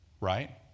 Right